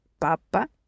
papa